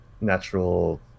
natural